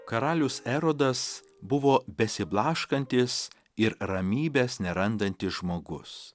karalius erodas buvo besiblaškantis ir ramybės nerandantis žmogus